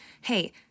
hey